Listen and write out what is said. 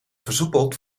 versoepeld